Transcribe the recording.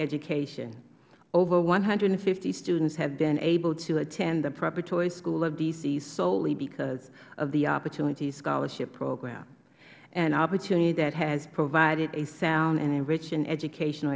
education over one hundred and fifty students have been able to attend the preparatory school of d c solely because of the opportunity scholarship program an opportunity that has provided a sound and enriching educational